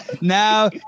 now